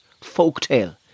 folktale